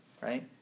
Right